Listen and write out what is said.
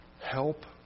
help